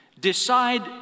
decide